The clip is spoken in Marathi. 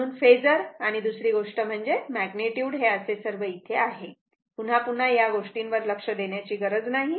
म्हणून फेजर आणि दुसरी गोष्ट म्हणजे मॅग्निट्युड हे असे सर्व इथे आहे पुन्हा पुन्हा या गोष्टीवर लक्ष देण्याची गरज नाही